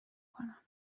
کنم